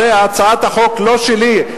הרי הצעת החוק לא שלי,